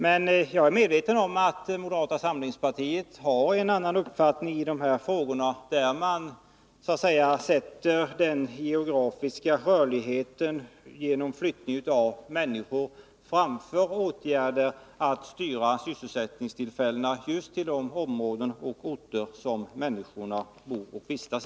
Men jag är medveten om att moderata samlingspartiet har en annan uppfattning i dessa frågor och sätter den geografiska rörligheten genom flyttning av människor framför åtgärder för att i stället styra sysselsättningstillfällena just till de områden och orter där människorna bor och vistas.